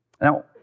Now